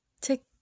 Take